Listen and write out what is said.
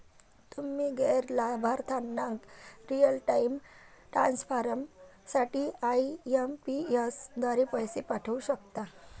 तुम्ही गैर लाभार्थ्यांना रिअल टाइम ट्रान्सफर साठी आई.एम.पी.एस द्वारे पैसे पाठवू शकता